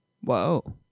Whoa